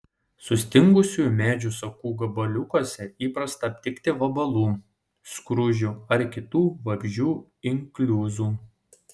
sustingusių medžių sakų gabaliukuose įprasta aptikti vabalų skruzdžių ar kitų vabzdžių inkliuzų